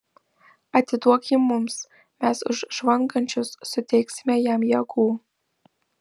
atiduok jį mums mes už žvangančius suteiksime jam jėgų